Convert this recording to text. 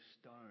stone